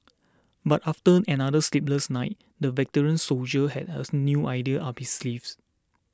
but after another sleepless night the veteran soldier had a new idea up his sleeve